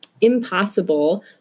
impossible